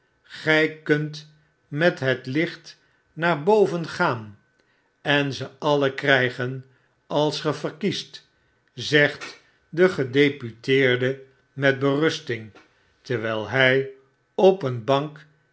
gjj kunt met het licht naar boven gaan en ze alien krygen als ge verkiest zegt de gedeputeerde met berusting terwql hg op een bank